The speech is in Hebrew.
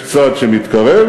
יש צד שמתקרב,